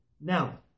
Now